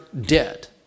dead